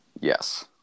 Yes